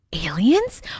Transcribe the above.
Aliens